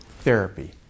therapy